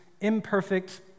imperfect